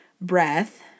breath